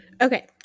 okay